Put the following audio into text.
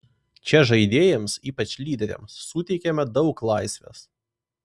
čia žaidėjams ypač lyderiams suteikiama daug laisvės